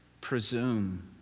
presume